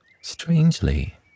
Strangely